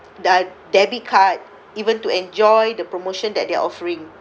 d~ debit card even to enjoy the promotion that they're offering